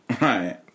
right